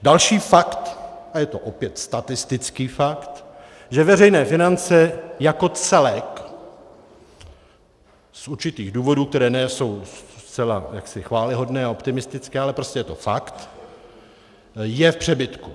Další fakt, a je to opět statistický fakt, že veřejné finance jako celek z určitých důvodů, které nejsou zcela jaksi chvályhodné a optimistické, ale prostě je to fakt, jsou v přebytku.